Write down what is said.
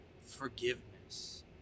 Forgiveness